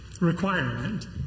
requirement